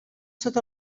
sota